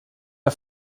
der